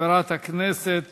חברת הכנסת